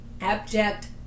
abject